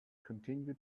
continue